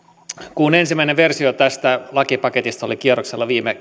kun ensimmäinen versio tästä lakipaketista oli kierroksella viime